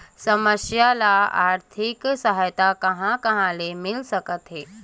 समस्या ल आर्थिक सहायता कहां कहा ले मिल सकथे?